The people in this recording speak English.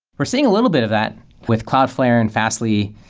we're seeing a little bit of that with cloudflare and fastly,